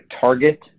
Target